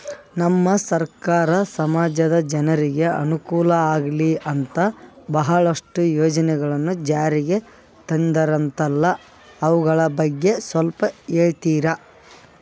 ನಮ್ಮ ಸರ್ಕಾರ ಸಮಾಜದ ಜನರಿಗೆ ಅನುಕೂಲ ಆಗ್ಲಿ ಅಂತ ಬಹಳಷ್ಟು ಯೋಜನೆಗಳನ್ನು ಜಾರಿಗೆ ತಂದರಂತಲ್ಲ ಅವುಗಳ ಬಗ್ಗೆ ಸ್ವಲ್ಪ ಹೇಳಿತೀರಾ?